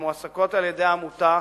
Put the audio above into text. המועסקות על-ידי העמותה,